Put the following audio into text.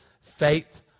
Faith